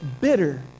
bitter